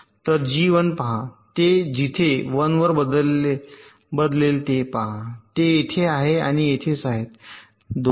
तर जी 1 पहा ते जिथे 1 वर बदलेल ते पहा ते येथे आणि येथेच आहेत दोष